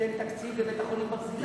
ביטל תקציב לבית-החולים "ברזילי".